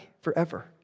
forever